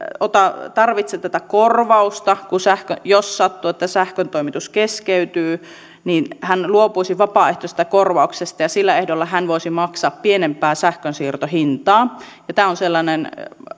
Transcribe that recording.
tarvitse tätä korvausta jos sattuu että sähköntoimitus keskeytyy niin hän luopuisi vapaaehtoisesti korvauksesta ja sillä ehdolla hän voisi maksaa pienempää sähkönsiirtohintaa tämä on sellainen